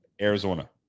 Arizona